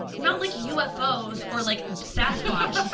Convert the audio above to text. not like ufos, or like sasquatch.